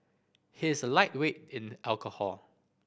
he is a lightweight in alcohol